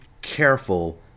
careful